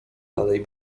dalej